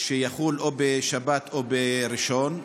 שיחול בשבת או בראשון.